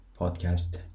Podcast